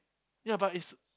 ya but it's